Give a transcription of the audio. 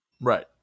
Right